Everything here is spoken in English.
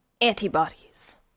antibodies